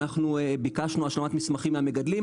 אנחנו ביקשנו השלמת מסמכים מהמגדלים,